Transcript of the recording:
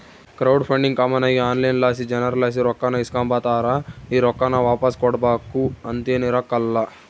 crowd funding common ಆಗಿ online ಲಾಸಿ ಜನುರ್ಲಾಸಿ ರೊಕ್ಕಾನ ಇಸ್ಕಂಬತಾರ, ಈ ರೊಕ್ಕಾನ ವಾಪಾಸ್ ಕೊಡ್ಬಕು ಅಂತೇನಿರಕ್ಲಲ್ಲ